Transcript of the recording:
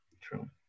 True